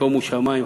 שומו שמים,